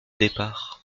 départ